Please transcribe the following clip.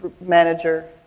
manager